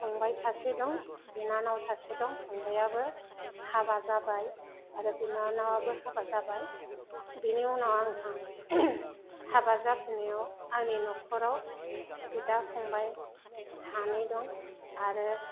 फंबाय सासे दं बिनानाव सासे दं फंबायाबो हाबा जाबाय आरो बिनानावयाबो हाबा जाबाय बिनि उनाव आंहा हाबा जाफैनायाव आंनि न'खराव बिदा फंबाय सानै दं आरो